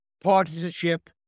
partisanship